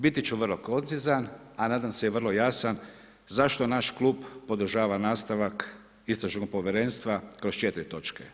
Biti ću vrlo koncizan, a nadam se i vrlo jasan zašto naš klub podržava nastavak istražnog povjerenstva kroz 4 točke.